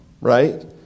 right